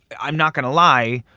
i'm not going to lie.